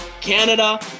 Canada